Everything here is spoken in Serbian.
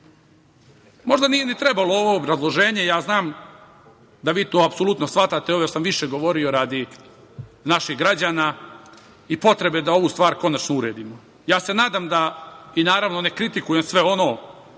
nije ni trebalo ovo obrazloženje, jer znam da vi to apsolutno shvatate. Ovo sam više govorio radi naših građana i potrebu da ovu stvar konačno uredimo. Naravno, ne kritikujem sve ono